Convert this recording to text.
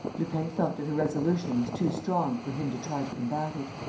lupin felt that her resolution was too strong for him to try to combat it.